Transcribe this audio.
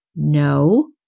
No